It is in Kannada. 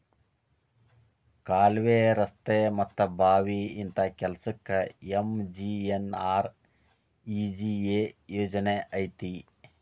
ಕಾಲ್ವೆ, ರಸ್ತೆ ಮತ್ತ ಬಾವಿ ಇಂತ ಕೆಲ್ಸಕ್ಕ ಎಂ.ಜಿ.ಎನ್.ಆರ್.ಇ.ಜಿ.ಎ ಯೋಜನಾ ಐತಿ